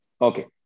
Okay